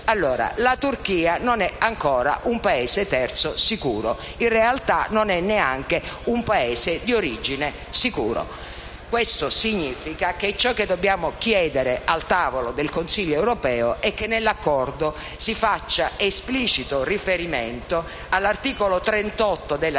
La Turchia non è ancora un Paese terzo sicuro; in realtà, non è neanche un Paese di origine sicuro. Questo significa che ciò che dobbiamo chiedere al tavolo del Consiglio europeo è che nell'accordo si faccia esplicito riferimento all'articolo 38 della Direttiva